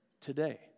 today